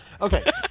Okay